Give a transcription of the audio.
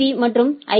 பீ மற்றும் ஐ